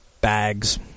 bags